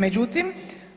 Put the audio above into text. Međutim,